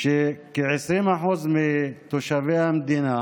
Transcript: שכ-20% מתושבי המדינה